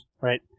right